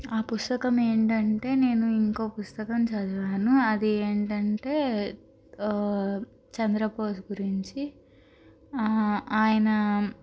ఆ పుస్తకం ఏంటంటే నేను ఇంకో పుస్తకం చదివాను అది ఏంటంటే చంద్రబోస్ గురించి ఆయన